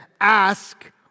Ask